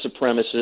supremacists